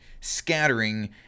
scattering